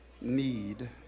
need